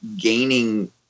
gaining